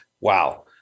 wow